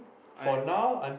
I